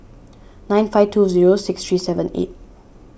nine five two zero six three seven eight